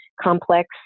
complex